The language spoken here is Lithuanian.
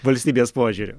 valstybės požiūriu